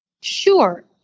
Sure